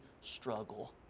struggle